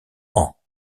ans